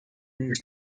these